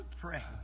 pray